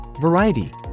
Variety